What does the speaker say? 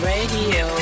Radio